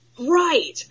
Right